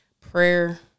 prayer